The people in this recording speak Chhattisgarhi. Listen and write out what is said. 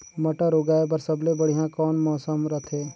मटर उगाय बर सबले बढ़िया कौन मौसम रथे?